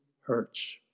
hurts